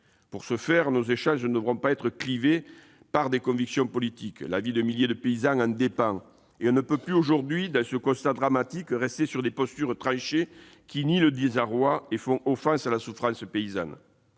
Pour ce faire, nos échanges ne devront pas être clivés par des convictions politiques ; la vie de milliers de paysans en dépend, et on ne peut plus, face à un constat dramatique, en rester à des postures tranchées, qui nient le désarroi des agriculteurs et font offense à la souffrance paysanne.